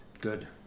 good